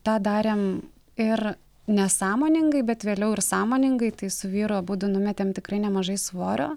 tą darėm ir nesąmoningai bet vėliau ir sąmoningai tai su vyru abudu numetėm tikrai nemažai svorio